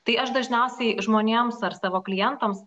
tai aš dažniausiai žmonėms ar savo klientams